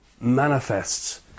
manifests